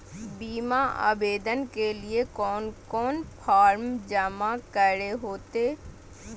बीमा आवेदन के लिए कोन कोन फॉर्म जमा करें होते